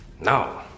no